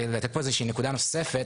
לתת איזושהי נקודה נוספת.